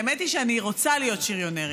האמת היא שאני רוצה להיות שריונרית,